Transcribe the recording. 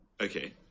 Okay